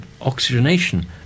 oxygenation